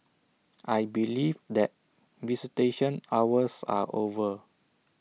I believe that visitation hours are over